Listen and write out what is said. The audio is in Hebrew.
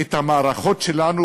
את המערכות שלנו,